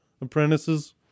apprentices